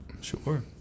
Sure